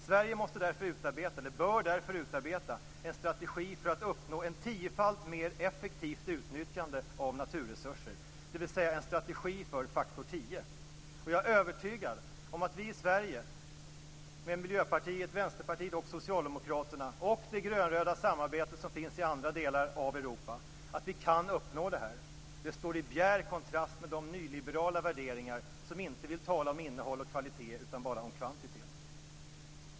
Sverige bör därför utarbeta en strategi för att uppnå ett tiofalt mer effektivt utnyttjande av naturresurser, dvs. en strategi för Faktor 10. Jag är övertygad om att vi i Sverige med Miljöpartiet, Vänsterpartiet och Socialdemokraterna och med det grönröda samarbete som finns i andra delar av Europa kan uppnå detta. Det står i bjärt kontrast till de nyliberala värderingar som inte handlar om innehåll och kvalitet utan bara om kvantitet.